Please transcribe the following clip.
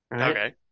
Okay